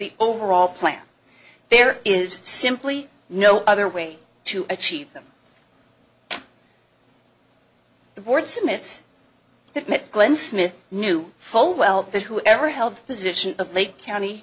the overall plan there is simply no other way to achieve them the board sumit that mitt glenn smith knew full well that whoever held positions of lake county